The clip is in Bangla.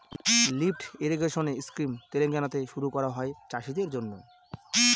লিফ্ট ইরিগেশেন স্কিম তেলেঙ্গানাতে শুরু করা হয় চাষীদের জন্য